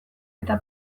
eta